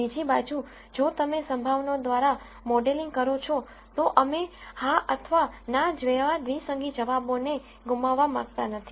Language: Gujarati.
બીજી બાજુ જો તમે સંભાવનાઓ દ્વારા મોડેલિંગ કરો છો તો અમે હા અથવા ના જેવા દ્વિસંગી જવાબોને ગુમાવવા માંગતા નથી